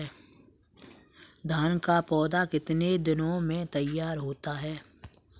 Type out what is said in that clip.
धान का पौधा कितने दिनों में तैयार होता है?